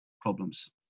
problems